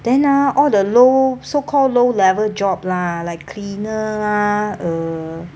then ah all the low so called low level job lah like cleaner ah uh